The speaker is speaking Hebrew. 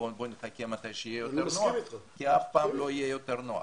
בואו נחכה למתי שיהיה יותר נוח כי אף פעם לא יהיה יותר נוח.